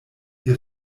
ihr